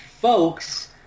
folks